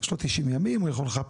יש לו 90 ימים הוא יכול לחפש,